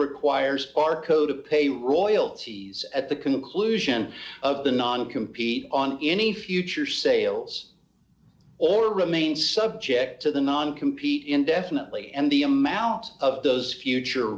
to pay royalties at the conclusion of the non compete on any future sales or remain subject to the non compete indefinitely and the amount of those future